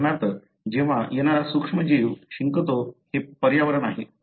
उदाहरणार्थ जेव्हा येणारा सूक्ष्म जीव शिंकतो कोणीतरी मला ते पर्यावरण आहे